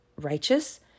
righteous